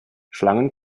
schlangen